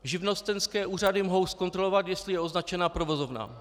Živnostenské úřady mohou zkontrolovat, jestli je označena provozovna.